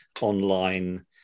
online